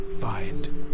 find